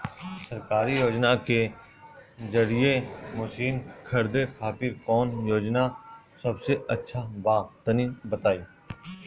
सरकारी योजना के जरिए मशीन खरीदे खातिर कौन योजना सबसे अच्छा बा तनि बताई?